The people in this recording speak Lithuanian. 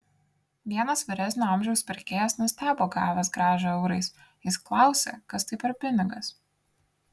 vienas vyresnio amžiaus pirkėjas nustebo gavęs grąžą eurais jis klausė kas tai per pinigas